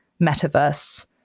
metaverse